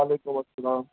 وعلیکم السلام